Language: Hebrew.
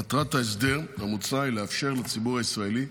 מטרת ההסדר המוצע היא לאפשר לציבור הישראלי,